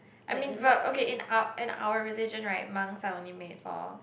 I mean but okay in our in our religion right monk are only made for